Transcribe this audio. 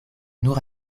nur